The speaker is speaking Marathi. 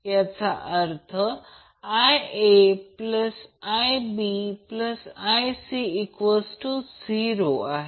तर याचा अर्थ येथे VAN अँगल 0° Z आहे